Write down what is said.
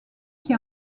qui